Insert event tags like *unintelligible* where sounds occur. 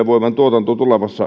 *unintelligible* voiman tuotanto